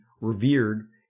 revered